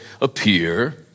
appear